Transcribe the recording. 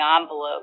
envelope